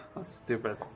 Stupid